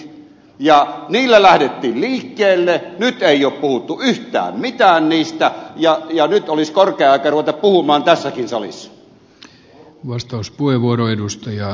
niillä lähdettiin liikkeelle nyt ei ole puhuttu yhtään mitään niistä ja nyt olisi korkea aika ruveta puhumaan tässäkin salissa